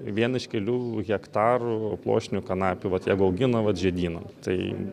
vien iš kelių hektarų pluoštinių kanapių vat jeigu augina vat žiedyną tai